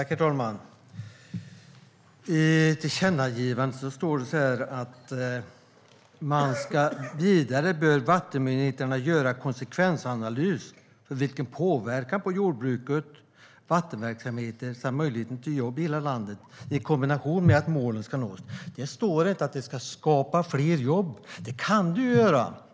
Herr talman! I tillkännagivandet står det att vattenmyndigheterna bör göra konsekvensanalys av vilken påverkan på jordbruket vattenverksamheten har på möjligheten till jobb i hela landet i kombination med att målen ska nås. Det står inte att det ska skapas fler jobb.